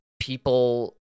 people